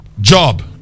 Job